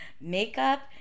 makeup